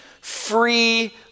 Free